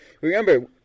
Remember